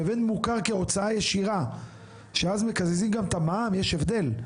לבין מוכר כהוצאה ישירה שאז מקזזים גם את המע"מ יש הבדל.